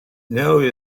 ļauj